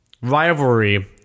rivalry